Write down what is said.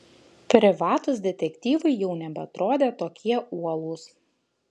privatūs detektyvai jau nebeatrodė tokie uolūs